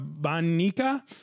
Banica